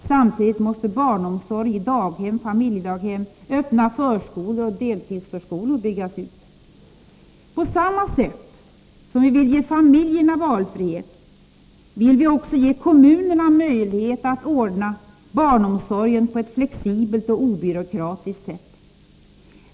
Samtidigt måste barnomsorg i daghem, familjedaghem, öppna förskolor och deltidsförskolor byggas ut. På samma sätt som vi vill ge familjerna valfrihet vill vi också ge kommunerna möjlighet att ordna barnomsorgen på ett flexibelt och obyråkratiskt sätt.